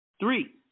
Three